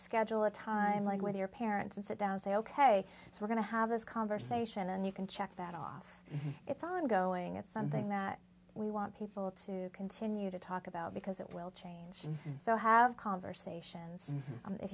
schedule a time like with your parents and sit down and say ok we're going to have this conversation and you can check that off it's ongoing it's something that we want people to continue to talk about because it will change and so have conversations